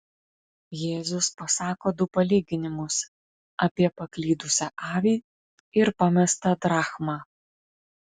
jėzus pasako du palyginimus apie paklydusią avį ir pamestą drachmą